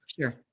Sure